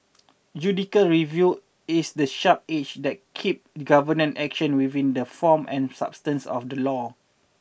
judicial review is the sharp edge that keep government action within the form and substance of the law